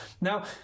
Now